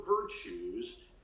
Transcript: virtues